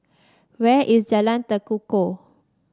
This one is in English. where is Jalan Tekukor